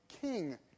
king